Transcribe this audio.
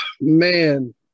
man